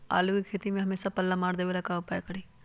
आलू के खेती में हमेसा पल्ला मार देवे ला का उपाय करी?